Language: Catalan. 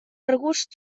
regust